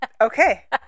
Okay